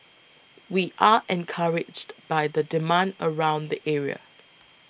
we are encouraged by the demand around the area